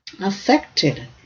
affected